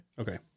Okay